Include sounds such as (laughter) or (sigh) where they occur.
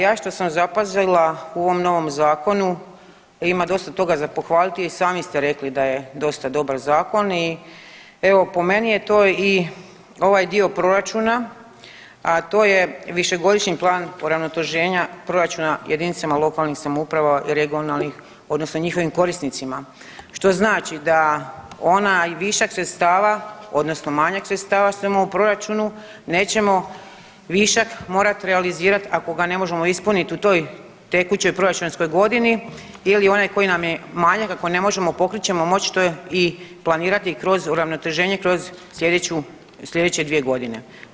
Ja što sam zapazila u ovom novom Zakonu, ima dosta toga za pohvaliti i sami ste rekli da je dosta dobar zakon i evo, po meni je to i ovaj dio proračuna, a to je višegodišnji plan ... (unintelligible) proračuna jedinicama lokalnih samouprava i regionalnih odnosno njihovim korisnicima, što znači da onaj višak sredstava odnosno manjak sredstava ... (unintelligible) u proračunu nećemo višak morati realizirati ako ga ne možemo ispuniti u toj tekućoj proračunskoj godini ili onaj koji nam je manjak, ako ne možemo pokriti ćemo moći to i planirati i kroz uravnoteženje kroz sljedeću, sljedeće dvije godine.